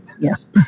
Yes